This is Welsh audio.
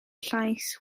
llais